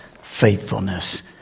faithfulness